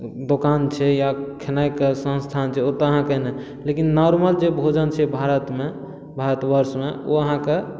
दोकान छै या खेनाइ के संस्थान छै ओतए अहाँके नहि लेकिन नॉर्मल जे भोजन छै भारत मे भारतवर्ष मे ओ अहाँके